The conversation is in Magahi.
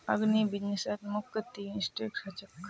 अग्रीबिज़नेसत मुख्य तीन सेक्टर ह छे